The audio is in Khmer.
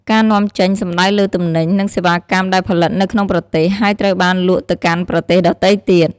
ការនាំចេញ សំដៅលើទំនិញ និងសេវាកម្មដែលផលិតនៅក្នុងប្រទេស ហើយត្រូវបានលក់ទៅកាន់ប្រទេសដទៃទៀត។